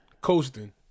Coasting